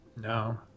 no